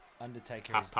Undertaker